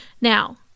Now